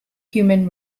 human